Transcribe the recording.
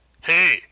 Hey